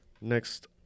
Next